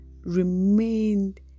remained